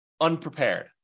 unprepared